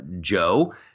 Joe